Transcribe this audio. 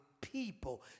people